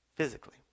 Physically